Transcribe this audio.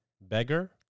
Beggar